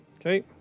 Okay